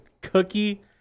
cookie